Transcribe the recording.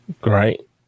Great